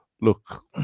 look